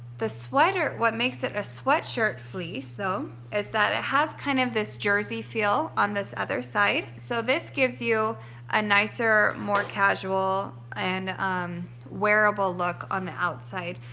the sweater, what makes it a sweatshirt fleece, so is that it has kind of this jersey feel on this other side. so this gives you a nicer, more casual and wearable look on the outside,